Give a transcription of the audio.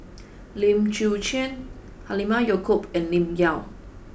Lim Chwee Chian Halimah Yacob and Lim Yau